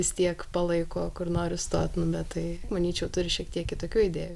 vistiek palaiko kur noriu stot bet tai manyčiau turi šiek tiek kitokių idėjų